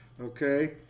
Okay